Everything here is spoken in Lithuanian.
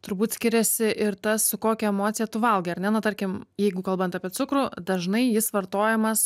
turbūt skiriasi ir tas su kokia emocija tu valgai ar ne na tarkim jeigu kalbant apie cukrų dažnai jis vartojamas